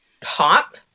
pop